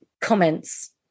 comments